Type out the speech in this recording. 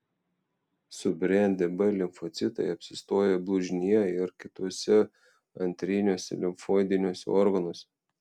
subrendę b limfocitai apsistoja blužnyje ir kituose antriniuose limfoidiniuose organuose